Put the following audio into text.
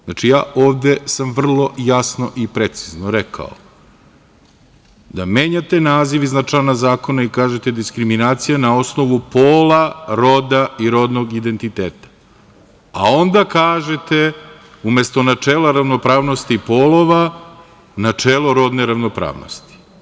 Znači, ja ovde sam vrlo jasno i precizno rekao da menjate naziv iznad člana zakona i kažete - diskriminacija na osnovu pola, roda i rodnog identiteta, a onda kažete – umesto načela ravnopravnosti polova, načelo rodne ravnopravnosti.